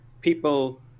people